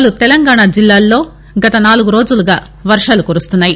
పలు తెలంగాణ జిల్లాల్లో గత నాలుగు రోజులుగా వర్వాలు కురుస్తున్నాయి